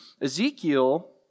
Ezekiel